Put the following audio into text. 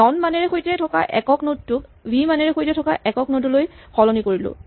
non মানেৰে সৈতে থকা একক নড টোক ভি মানেৰে সৈতে থকা একক নড লৈ সলনি কৰিলোঁ